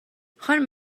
خانم